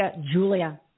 Julia